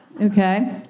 Okay